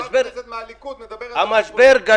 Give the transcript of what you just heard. חברת כנסת מהליכוד מדברת על פופוליזם.